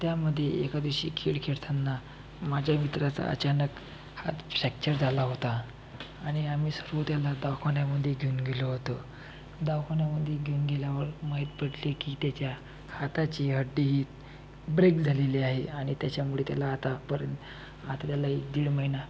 त्यामध्ये एका दिवशी खेळ खेळताना माझ्या मित्राचा अचानक हात फ्रॅक्चर झाला होता आणि आम्ही सर्व त्याला दवाखान्यामध्ये घेऊन गेलो होतो दवाखान्यामध्ये घेऊन गेल्यावर माहीत पडले की त्याच्या हाताची हड्डी ही ब्रेक झालेली आहे आणि त्याच्यामुळे त्याला आता परत आतल्याला एक दीड महिना